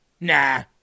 Nah